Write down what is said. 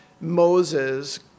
moses